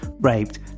raped